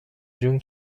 جون